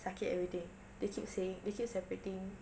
sakit everything they keep saying they keep separating